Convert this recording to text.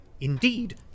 Indeed